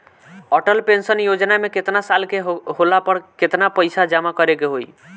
Atal pension योजना मे केतना साल के होला पर केतना पईसा जमा करे के होई?